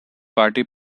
party